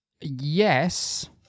yes